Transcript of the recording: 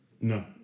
No